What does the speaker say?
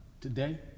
Today